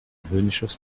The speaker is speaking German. höhnisches